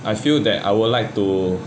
I feel that I would like to